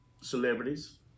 celebrities